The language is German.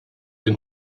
den